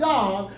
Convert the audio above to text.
God